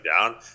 down